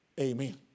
Amen